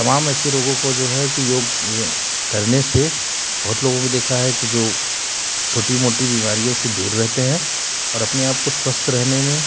तमाम ऐसे रोगों को जो है कि योग करने से बहुत लोगों को देखा है कि जो छोटी मोटी बीमारियों से दूर रहते हैं और अपने आपको स्वस्थ रहने में